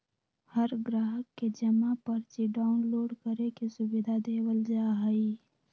हर ग्राहक के जमा पर्ची डाउनलोड करे के सुविधा देवल जा हई